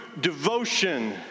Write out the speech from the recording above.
devotion